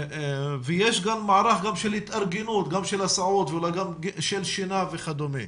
ויש מערך של התארגנות גם של הסעות ואולי גם של שינה וכדומה.